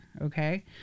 Okay